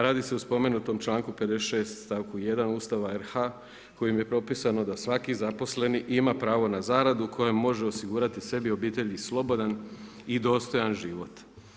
Radi se o spomenutom članku 56. stavku 1. Ustava RH kojim je propisano da svaki zaposleni ima pravo na zaradu koju može osigurati sebi i obitelji slobodan i dostojan život.